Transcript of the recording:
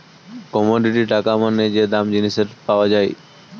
commodity টাকা মানে যে দাম জিনিসের পাওয়া যায়